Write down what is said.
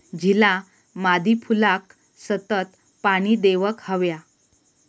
झिला मादी फुलाक सतत पाणी देवक हव्या